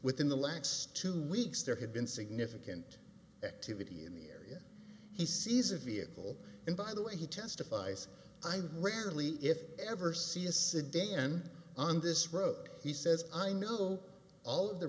within the lax to leaks there had been significant activity in the area he sees a vehicle and by the way he testifies i rarely if ever see a sedan on this road he says i know all of the